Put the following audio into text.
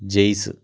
Jaise